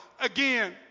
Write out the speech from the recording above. again